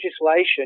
legislation